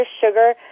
sugar